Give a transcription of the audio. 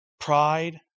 Pride